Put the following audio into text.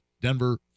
Denver